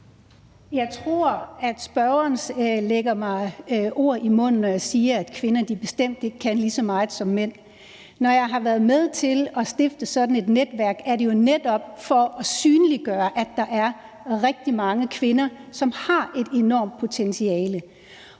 Jeg tror, at spørgeren lægger mig ord i munden, i forhold til at jeg skulle have sagt, at kvinder ikke kan lige så meget som mænd. Når jeg har været med til at stifte sådan et netværk, er det jo netop for at synliggøre, at der er rigtig mange kvinder, som har et enormt potentiale.